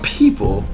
people